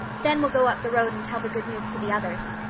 then we'll go up the road and tell the good news to the others.